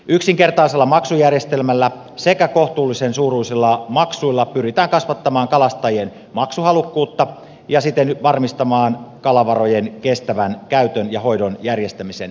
yksinkertaisella maksujärjestelmällä sekä kohtuullisen suuruisilla maksuilla pyritään kasvattamaan kalastajien maksuhalukkuutta ja siten varmistamaan kalavarojen kestävän käytön ja hoidon järjestämisen rahoittaminen